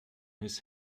his